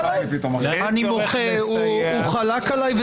חלקת עליי?